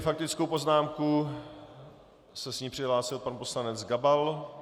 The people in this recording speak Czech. S faktickou poznámkou se přihlásil pan poslanec Gabal.